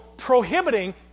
Prohibiting